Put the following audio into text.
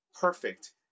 perfect